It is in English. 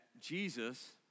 Jesus